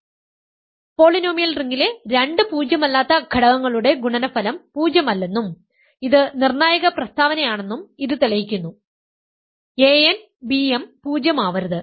അതിനാൽ പോളിനോമിയൽ റിംഗിലെ 2 പൂജ്യമല്ലാത്ത ഘടകങ്ങളുടെ ഗുണനഫലം പൂജ്യമല്ലെന്നും ഇത് നിർണായക പ്രസ്താവനയാണെന്നും ഇത് തെളിയിക്കുന്നു an bm പൂജ്യം ആവരുത്